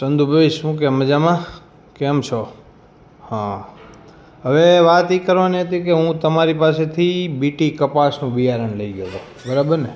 ચંદુભઈ શું કહે મજામાં કેમ છો હા હવે વાત એ કરવાની હતી કે હું તમારી પાસેથી બી ટી કપાસ નું બિયારણ લઇ ગયો હતો બરાબરને